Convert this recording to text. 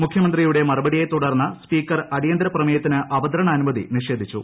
മുഖ്യമന്ത്രിയുടെ മറുപടിയെ തുടർന്ന് സ്പീക്കർ അടിയന്തര പ്രമേയത്തിന് അവതരണാനുമതി നിഷേധിച്ചു